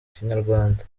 kinyarwanda